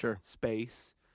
space